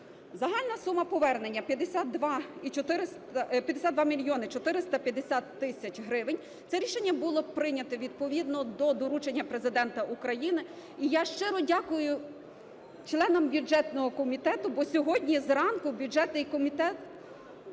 Загальна сума повернення 52 мільйони 450 тисяч гривень. Це рішення було прийнято відповідно до доручення Президента України. І я щиро дякую членам бюджетного комітету, бо сьогодні зранку бюджетний комітет